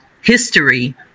history